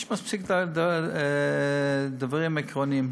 יש מספיק דברים עקרוניים,